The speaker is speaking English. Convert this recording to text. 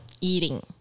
eating